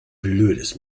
blödes